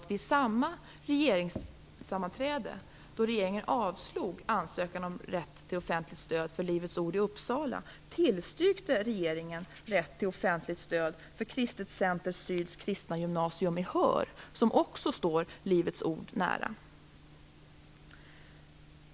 Vid samma regeringssammanträde som regeringen avslog ansökan om rätt till offentligt stöd för Livets Ords skola i Uppsala, tillstyrkte regeringen rätt till offentligt stöd för Kristet Center Syds kristna gymnasium i Höör, som också står Livets Ord nära.